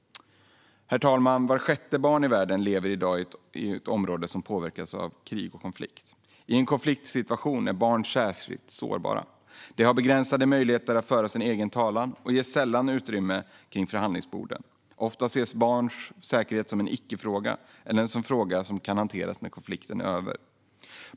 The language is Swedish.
Herr talman! Vart sjätte barn i världen lever i dag i ett område som påverkas av krig och konflikt. I en konfliktsituation är barn särskilt sårbara. De har begränsade möjligheter att föra sin egen talan och ges sällan utrymme vid förhandlingsborden. Ofta ses barns säkerhet som en icke-fråga eller som en fråga som kan hanteras när konflikten är över.